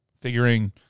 Figuring